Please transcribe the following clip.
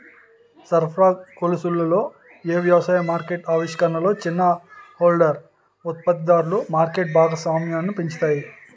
సరఫరా గొలుసులలో ఏ వ్యవసాయ మార్కెట్ ఆవిష్కరణలు చిన్న హోల్డర్ ఉత్పత్తిదారులలో మార్కెట్ భాగస్వామ్యాన్ని పెంచుతాయి?